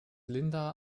linda